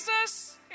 Jesus